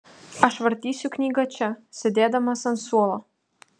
aš vartysiu knygą čia sėdėdamas ant suolo